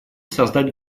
создать